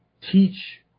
teach